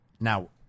Now